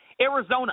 Arizona